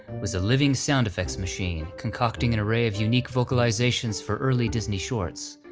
was a living sound effect machine, concocting an array of unique vocalizations for early disney shorts.